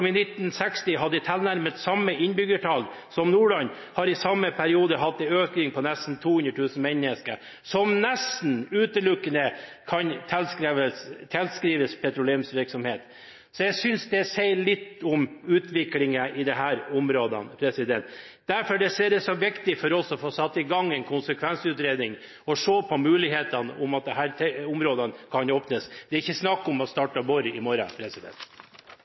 i 1960 hadde tilnærmet samme innbyggertall som Nordland, har i samme periode hatt en økning på nesten 200 000 mennesker, noe som nesten utelukkende kan tilskrives petroleumsvirksomhet. Jeg synes det sier litt om utviklingen i disse områdene. Derfor er det så viktig for oss å sette i gang en konsekvensutredning og se på mulighetene for at disse områdene kan åpnes. Det er ikke snakk om å starte boring i morgen.